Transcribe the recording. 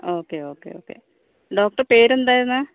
okay okay okay ഡോക്ടറെ പേരെന്തായിരുന്ന്